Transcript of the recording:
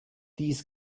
dies